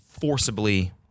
forcibly